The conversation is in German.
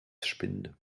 spinde